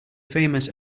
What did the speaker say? famous